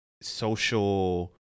social